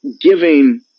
giving